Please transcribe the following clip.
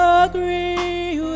agree